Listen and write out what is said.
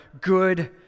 good